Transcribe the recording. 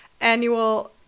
annual